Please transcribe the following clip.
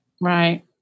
Right